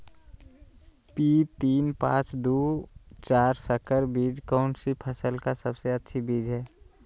P तीन पांच दू चार संकर बीज कौन सी फसल का सबसे अच्छी बीज है?